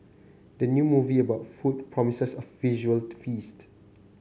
the new movie about food promises a visual feast